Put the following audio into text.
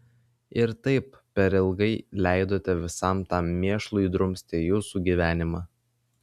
ir taip per ilgai leidote visam tam mėšlui drumsti jūsų gyvenimą